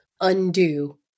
undo